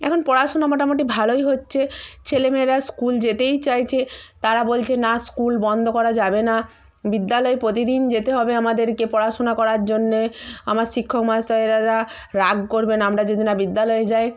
এখন পড়াশুনো মোটামোটি ভালোই হচ্ছে ছেলে মেয়েরা স্কুল যেতেই চাইছে তারা বলছে না স্কুল বন্ধ করা যাবে না বিদ্যালয় প্রতিদিন যেতে হবে আমাদেরকে পড়াশুনা করার জন্যে আমার শিক্ষক মহাশয়েরারা রাগ করবেন আমরা যদি না বিদ্যালয়ে যাই